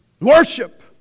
Worship